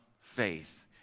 faith